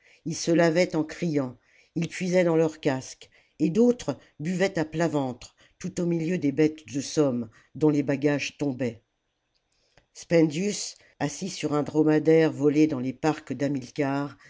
ils se lavaient en criant ils puis s dans leur casque et d'autres buvaient à plat ventre tout au milieu des bêtes de somme dont les bagages tombaient spendius assis sur un dromadaire volé dans les parcs